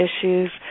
issues